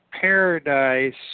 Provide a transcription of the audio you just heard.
paradise